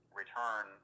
return